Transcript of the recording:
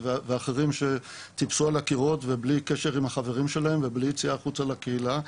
ואחרים שטיפסו על הקירות ובלי קשר לחברים שלהם ובלי יציאה החוצה לקהילה,